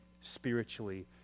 spiritually